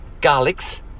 garlics